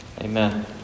Amen